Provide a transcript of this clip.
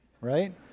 right